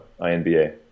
INBA